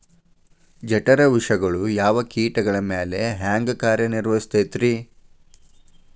ಜಠರ ವಿಷಗಳು ಯಾವ ಕೇಟಗಳ ಮ್ಯಾಲೆ ಹ್ಯಾಂಗ ಕಾರ್ಯ ನಿರ್ವಹಿಸತೈತ್ರಿ?